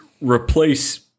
replace